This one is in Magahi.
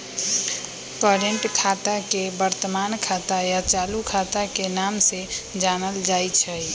कर्रेंट खाता के वर्तमान खाता या चालू खाता के नाम से जानल जाई छई